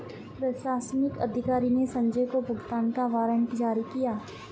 प्रशासनिक अधिकारी ने संजय को भुगतान का वारंट जारी किया